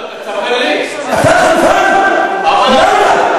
אתה חנפן, למה.